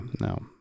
No